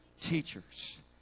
teachers